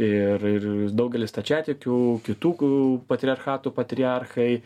ir ir daugelis stačiatikių kitų patriarchatų patriarchai